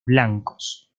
blancos